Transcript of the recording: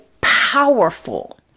powerful